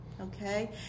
Okay